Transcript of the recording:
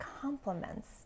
compliments